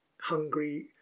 hungry